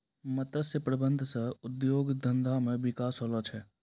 मत्स्य प्रबंधन सह उद्योग धंधा मे बिकास होलो छै